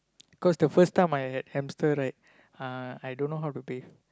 cause the first time I had hamster right uh I don't know how to bathe